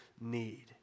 need